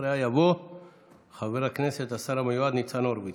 אחריה יבוא חבר הכנסת השר המיועד ניצן הורוביץ,